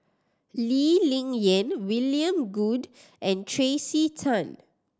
Lee Ling Yen William Goode and Tracey Tan